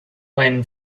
when